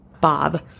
Bob